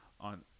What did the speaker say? on